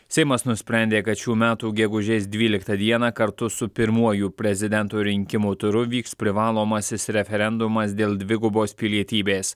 seimas nusprendė kad šių metų gegužės dvyliktą dieną kartu su pirmuoju prezidento rinkimų turu vyks privalomasis referendumas dėl dvigubos pilietybės